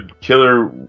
killer